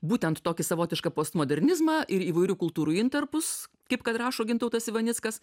būtent tokį savotišką postmodernizmą ir įvairių kultūrų intarpus kaip kad rašo gintautas ivanickas